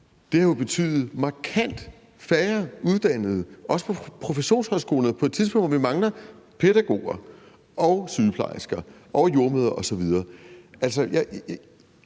har jo betydet markant færre uddannede, også på professionshøjskolerne, på et tidspunkt, hvor vi mangler pædagoger, sygeplejersker, jordemødre osv.